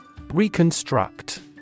Reconstruct